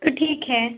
तो ठीक है